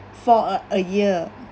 for a a year